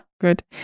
Good